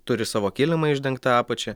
turi savo kilimą išdengta apačia